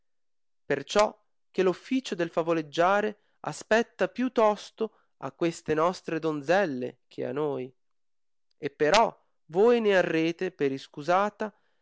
perciò che l officio del favoleggiare aspetta più tosto a queste nostre donzelle che a noi e però voi ne arrete per iscusata